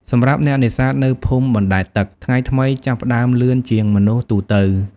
សម្រាប់អ្នកនេសាទនៅភូមិបណ្តែតទឹក ថ្ងៃថ្មីចាប់ផ្តើមលឿនជាងមនុស្សទូទៅ។